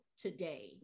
today